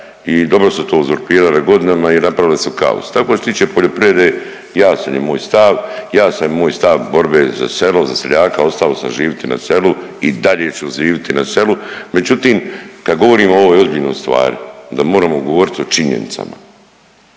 i dobro su to uzurpirali godinama i napravili su kaos i tako je što se tiče poljoprivrede, jasan je moj stav, jasan je moj stav borbe za selo, za seljaka, ostao sam živiti na selu, i dalju ću živiti na selu. Međutim, kad govorimo o ovoj ozbiljnoj stvari onda moramo govoriti o činjenicama,